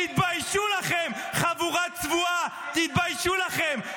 תתביישו לכם, חבורה צבועה, תתביישו לכם.